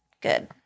Good